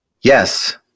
Yes